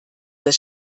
das